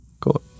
cool